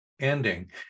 ending